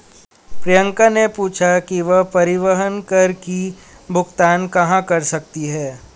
प्रियंका ने पूछा कि वह परिवहन कर की भुगतान कहाँ कर सकती है?